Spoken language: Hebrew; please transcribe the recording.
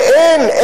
ואין,